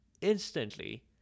Instantly